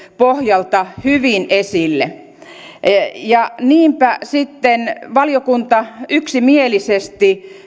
pohjalta hyvin esille niinpä sitten valiokunta yksimielisesti